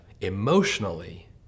emotionally